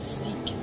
seek